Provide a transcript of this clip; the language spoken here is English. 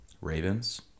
Ravens